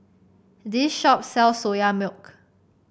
this shop sells Soya Milk